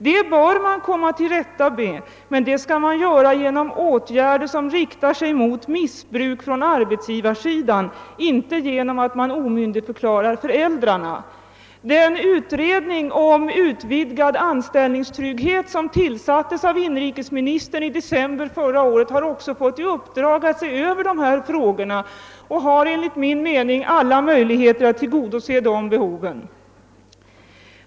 Man bör komma till rätta med detta, men det bör ske genom åtgärder som riktar sig mot missbruk från arbetsgivarsidan och inte genom att man omyndigförklarar föräldrarna. Den utredning om utvidgad anställningstrygghet som tillsattes av inrikesministern förra året har också fått i uppdrag att se över dessa frågor och har enligt min mening alla möjligheter att tillgodose behoven.